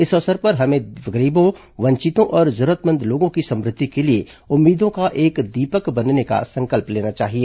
इस अवसर पर हमें गरीबों वंचितों और जरूरतमंद लोगों की समुद्धि के लिए उम्मीदों का एक दीपक बनने का संकल्प लेना चाहिए